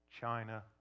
China